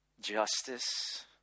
Justice